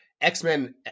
X-Men